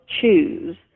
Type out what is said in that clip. choose